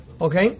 Okay